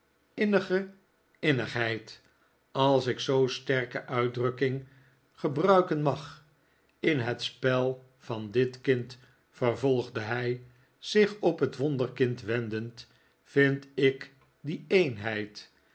innige innigheid als ik zoo'n sterke uitdrukking gebruiken mag in het spel van dit kind vervolgde hij zich tot het wonderkind wendend vind ik die eenheid